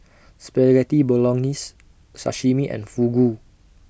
Spaghetti Bolognese Sashimi and Fugu